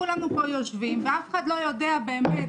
כולנו פה יושבים ואף אחד לא יודע באמת,